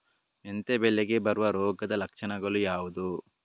ಮೆಂತೆ ಬೆಳೆಗೆ ಬರುವ ರೋಗದ ಲಕ್ಷಣಗಳು ಯಾವುದು?